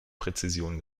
präzision